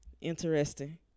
Interesting